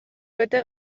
bete